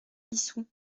issou